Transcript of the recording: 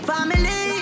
Family